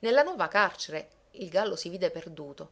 nella nuova carcere il gallo si vide perduto